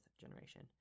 generation